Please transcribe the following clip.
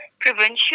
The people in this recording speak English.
provincial